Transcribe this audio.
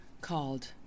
called